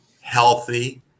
healthy